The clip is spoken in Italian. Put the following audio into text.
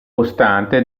costante